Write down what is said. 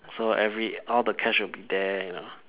so every all the cash will be there you know